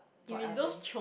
for elderly